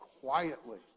quietly